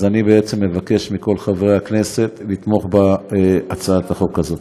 אז אני בעצם מבקש מכל חברי הכנסת לתמוך בהצעת החוק הזאת.